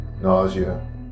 nausea